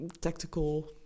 tactical